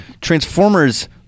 Transformers